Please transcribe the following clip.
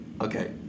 okay